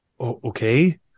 Okay